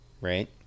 right